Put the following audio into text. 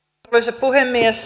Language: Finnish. arvoisa puhemies